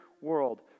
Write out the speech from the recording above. world